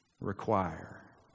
require